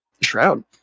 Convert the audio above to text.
Shroud